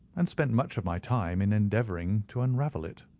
and spent much of my time in endeavouring to unravel it.